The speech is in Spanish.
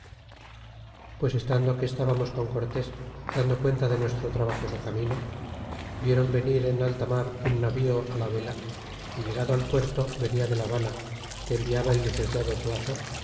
pues estando que estábamos con cortés dando cuenta de nuestro trabajoso camino viéron venir en alta mar un navío á la vela y llegado al puerto venia de la habana que enviaba el licenciado zuazo